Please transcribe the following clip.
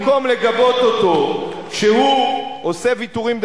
במקום לגבות אותו כשהוא עושה ויתורים,